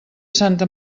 santa